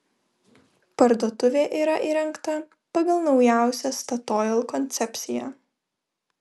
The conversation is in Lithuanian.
parduotuvė yra įrengta pagal naujausią statoil koncepciją